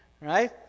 right